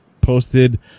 posted